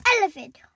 elephant